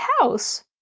house